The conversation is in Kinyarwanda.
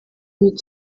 mike